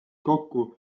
kokku